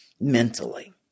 mentally